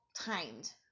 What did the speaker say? timed